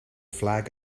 flag